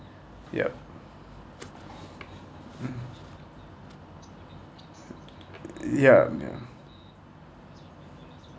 yup mm ya ya